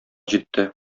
җитте